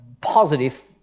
positive